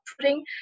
putting